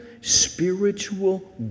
spiritual